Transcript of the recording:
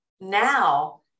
now